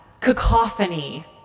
cacophony